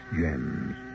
gems